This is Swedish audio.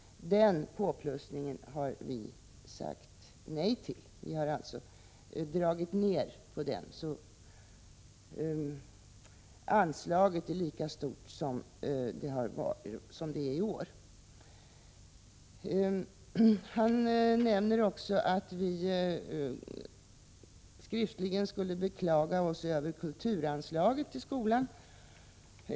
Den påplussningen har vi sagt nej till. Anslaget är alltså lika stort som det är i år. Bengt Göransson sade också att vi skriftligen skulle ha beklagat oss över kulturanslaget till skolan.